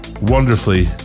Wonderfully